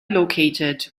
located